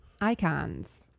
Icons